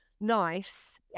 nice